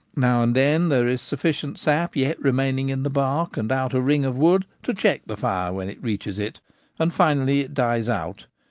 now and then there is sufficient sap yet remaining in the bark and outer ring of wood to check the fire when it reaches it and finally it dies out,